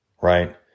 right